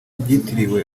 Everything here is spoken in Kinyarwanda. byitiriwe